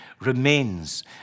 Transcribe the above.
remains